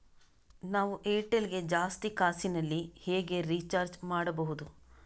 ನಾವು ಏರ್ಟೆಲ್ ಗೆ ಜಾಸ್ತಿ ಕಾಸಿನಲಿ ಹೇಗೆ ರಿಚಾರ್ಜ್ ಮಾಡ್ಬಾಹುದು?